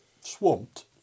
swamped